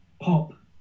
pop